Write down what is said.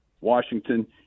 Washington